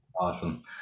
Awesome